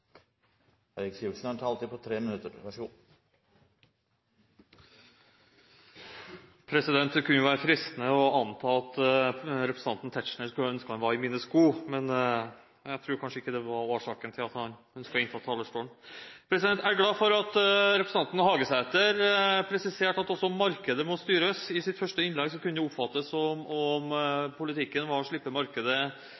Eirik Sivertsens tur, deretter Michael Tetzschner. Det kunne jo være fristende å anta at representanten Tetzschner ønsket at han var i mine sko, men jeg tror kanskje ikke det var årsaken til at han ønsket å innta talerstolen. Jeg er glad for at representanten Hagesæter presiserte at også markedet må styres. I hans første innlegg kunne det oppfattes som om